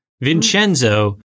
Vincenzo